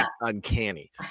uncanny